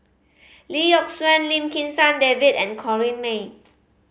Lee Yock Suan Lim Kim San David and Corrinne May